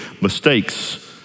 mistakes